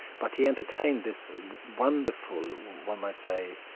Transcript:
but he entertained this wonderful, one might say,